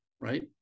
right